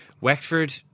Wexford